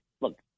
look